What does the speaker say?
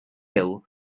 ill